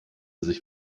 sich